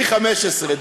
15V,